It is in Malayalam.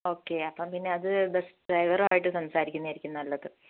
ഓക്കെ അപ്പം പിന്നെ അത് ബസ്സ് ഡ്രൈവറുമായിട്ട് സംസാരിക്കുന്നത് ആയിരിക്കും നല്ലത്